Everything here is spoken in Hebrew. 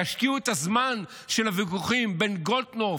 תשקיעו את הזמן של הוויכוחים בין גולדקנופ,